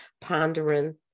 pondering